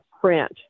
print